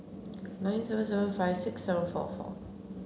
nine zero zero five six zero four four